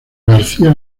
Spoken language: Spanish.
garcía